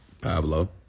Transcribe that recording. Pablo